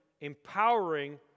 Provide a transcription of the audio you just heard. empowering